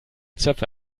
zöpfe